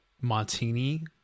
martini